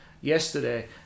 yesterday